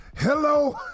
Hello